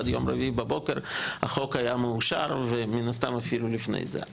עד יום רביעי בבוקר החוק היה מאושר ומן הסתם אפילו לפני זה.